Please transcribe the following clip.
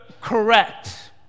correct